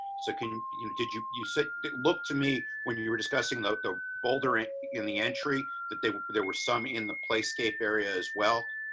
so can you did you, you said it looked to me when you you were discussing the the boulder and in the entry that they were there were some in the place scape areas. well,